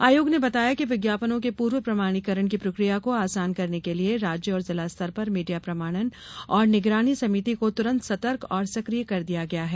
आयोग ने बताया कि विज्ञापनों के पूर्व प्रमाणीकरण की प्रक्रिया को आसान करने के लिए राज्य और जिला स्तर पर मीडिया प्रमाणन और निगरानी सभिति को तुरंत सतर्क और सक्रिय कर दिया गया है